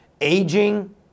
Aging